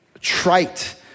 trite